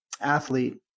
athlete